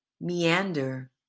meander